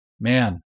Man